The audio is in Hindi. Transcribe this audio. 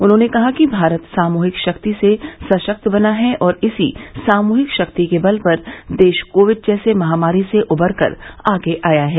उन्होंने कहा कि भारत सामूहिक शक्ति से सशक्त बना है और इसी सानूहिक शक्ति के बल पर देश कोविड जैसी महामारी से उबरकर आगे आया है